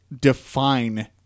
define